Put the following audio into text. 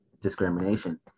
discrimination